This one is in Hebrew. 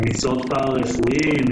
מקצועות פרה-רפואיים,